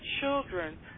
children